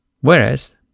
whereas